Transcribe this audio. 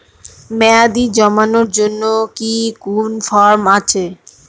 মেয়াদী জমানোর জন্য কি কোন ফর্ম আছে?